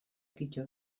kito